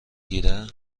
گیره